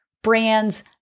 brands